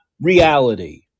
reality